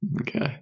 Okay